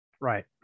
Right